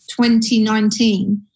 2019